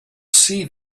see